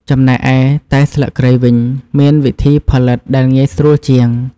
ចំណែកឯ តែស្លឹកគ្រៃ វិញ មានវិធីផលិតដែលងាយស្រួលជាង។